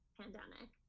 pandemic